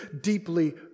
deeply